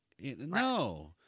No